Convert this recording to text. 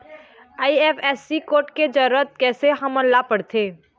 IFSC code के जरूरत कैसे हमन ला पड़थे?